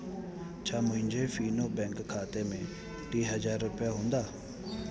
छा मुंहिंजे फीनो बैंक खाते में टीह हज़ार रुपिया हूंदा